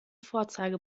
vorzeige